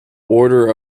order